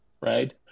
Right